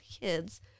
kids